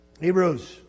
Hebrews